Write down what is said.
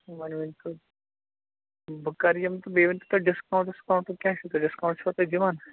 وَنۍ ؤنۍ تو بہٕ کَرٕ یِم تہٕ بیٚیہِ ؤنۍ تَو تُہۍ ڈِسکاوُنٛٹ وِسکاوُنٛٹ کیٛاہ چھُ تُہۍ ڈِسکاوُنٛٹ چھِوٕ تُہۍ دِوَان